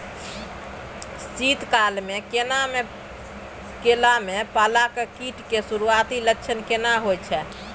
शीत काल में केला में पाला आ कीट के सुरूआती लक्षण केना हौय छै?